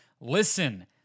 listen